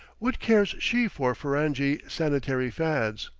what cares she for ferenghi sanitary fads?